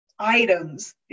items